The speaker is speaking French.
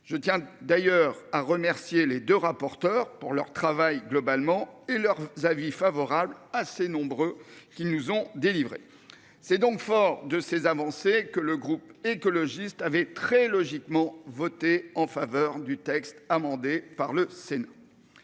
Je tiens d'ailleurs à remercier les 2 rapporteurs pour leur travail globalement et leur avis favorable assez nombreux qui nous ont délivré. C'est donc fort de ses avancées que le groupe écologiste avait très logiquement voté en faveur du texte amendé par le Sénat.